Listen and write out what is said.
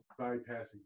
bypassing